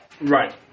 Right